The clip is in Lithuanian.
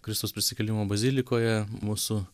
kristaus prisikėlimo bazilikoje mūsų